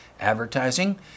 advertising